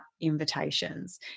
invitations